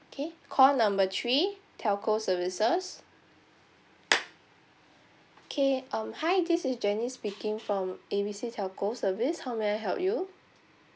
okay call number three telco services okay um hi this is janice speaking from A B C telco service how may I help you